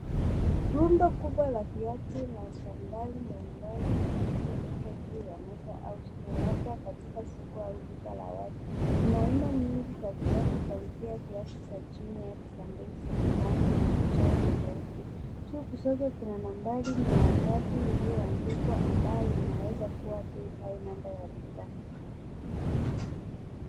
Rundo kubwa la viatu na sandali mbalimbali zimewekwa juu ya meza au stall labda katika soko au duka la wazi. Kuna aina nyingi za viatu kuanzia viatu za chini hadi sandali zenye rangi na michoro tofauti. Juu kidogo kuna nambari mia tatu iliyoandikwa ambayo inaweza kuwa bei au namba ya bidhaa.